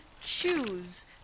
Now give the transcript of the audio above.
choose